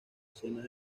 escena